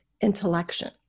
intellection